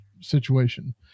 situation